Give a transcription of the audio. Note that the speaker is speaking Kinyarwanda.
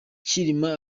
cyilima